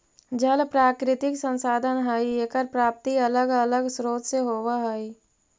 जल प्राकृतिक संसाधन हई एकर प्राप्ति अलग अलग स्रोत से होवऽ हई